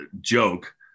joke